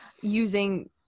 using